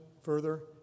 further